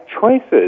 choices